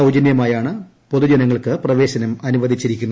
സൌജന്യമായാണ് പൊതുജനങ്ങൾക്ക് പ്രവേശനം അനുവദിച്ചിരിക്കുന്നത്